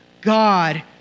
God